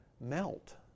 melt